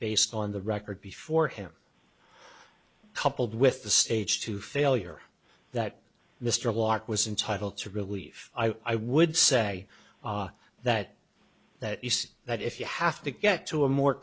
based on the record before him coupled with the stage to failure that mr locke was entitle to relief i would say that that is that if you have to get to a more